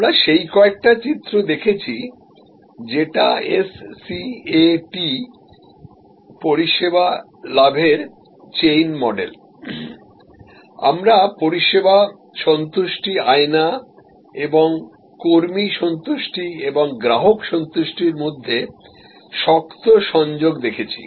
আমরা সেই কয়েকটি চিত্র দেখেছি যেটা SCAT পরিষেবা লাভের চেইন মডেল আমরা পরিষেবা সন্তুষ্টি আয়না এবং কর্মী সন্তুষ্টি এবং গ্রাহক সন্তুষ্টি মধ্যে শক্ত সংযোগ দেখেছি